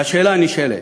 והשאלה הנשאלת,